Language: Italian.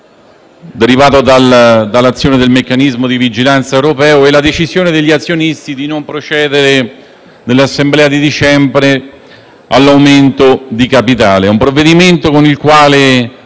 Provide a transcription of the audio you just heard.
derivata dall'azione del Meccanismo di vigilanza unico europeo e dalla decisione degli azionisti di non procedere, nell'assemblea di dicembre, all'aumento di capitale. Un provvedimento con il quale